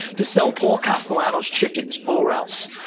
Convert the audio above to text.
to sell paul castellano's chickens or else.